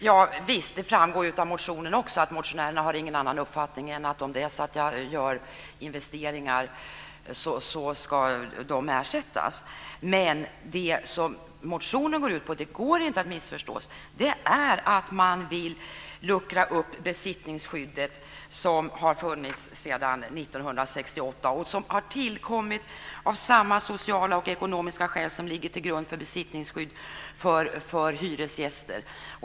Fru talman! Det framgår ju av motionen också att motionärerna inte har någon annan uppfattning än att om man gör investeringar ska de ersättas. Men det som motionen går ut på kan inte missförstås. Den handlar om att man vill luckra upp det besittningsskydd som har funnits sedan 1968. Det tillkom av samma sociala och ekonomiska skäl som ligger till grund för besittningsskydd för hyresgäster.